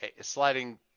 sliding